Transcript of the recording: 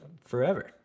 forever